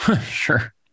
Sure